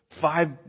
five